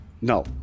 No